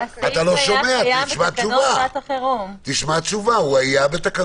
הייתה פעם